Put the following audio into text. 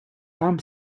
там